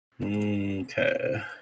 Okay